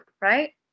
right